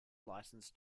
licensed